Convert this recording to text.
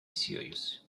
serious